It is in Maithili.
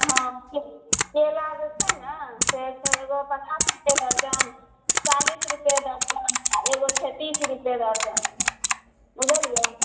अहाँ केला जे छै ने से छै एगो पचास रुपैए दर्जन चालिस रुपैए दर्जन आओर एगो छै तीस रुपैए दर्जन बुझलियै